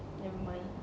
never mind